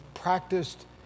practiced